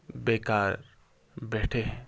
بیکار بیٹھے ہیں